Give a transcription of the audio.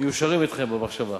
מיושרים אתכם במחשבה,